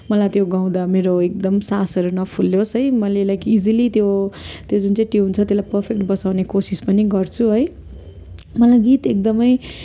मलाई त्यो गाउँदा मेरो एकदम सासहरू नफुलियोस है मैले लाइक इजिली त्यो त्यो जुन चाहिँ ट्युन छ त्यसलाई पर्फेक्ट बसाउने कोसिस पनि गर्छु है मलाई गीत एकदमै